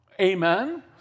Amen